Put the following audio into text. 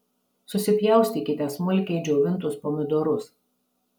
susipjaustykite smulkiai džiovintus pomidorus